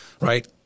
Right